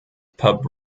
pub